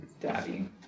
Daddy